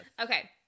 okay